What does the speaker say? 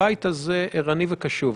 הבית הזה ערני וקשוב,